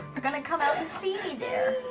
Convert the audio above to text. you're gonna come out and see me there,